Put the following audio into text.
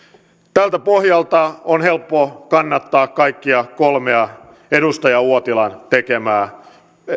tältä pohjalta on helppo kannattaa kaikkia kolmea edustaja uotilan tekemää